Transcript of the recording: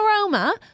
aroma